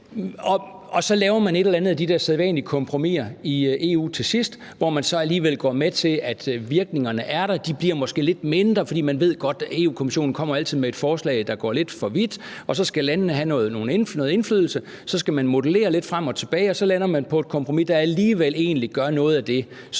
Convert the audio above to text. så laver man et eller andet af de der sædvanlige kompromiser i EU til sidst, hvor man så alligevel går med til, at det har de og de virkninger. De bliver måske lidt mindre, fordi man godt ved, at Europa-Kommissionen altid kommer med et forslag, der går lidt for vidt, og at landene så skal have noget indflydelse. Så skal man modellere lidt frem og tilbage, og så lander man på et kompromis, der alligevel gør noget af det,